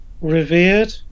revered